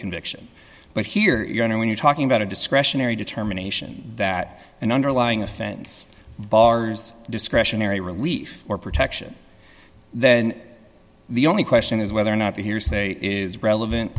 conviction but here when you're talking about a discretionary determination that an underlying offense bars discretionary relief or protection then the only question is whether or not the hearsay is relevant